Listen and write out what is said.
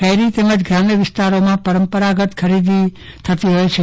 શહેરી તેમજ ગ્રામ્ય વિસ્તારોમાં પરંપરાગત ખરીદી થતી હોય છે